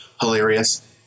hilarious